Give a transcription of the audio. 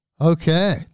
Okay